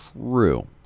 True